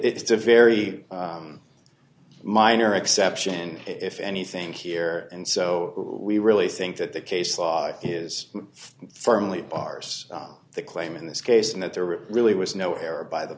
it's a very minor exception if anything here and so we really think that the case law is firmly bars on the claim in this case and that there really was no error by the